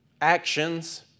actions—